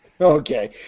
Okay